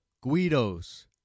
guidos